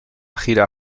gira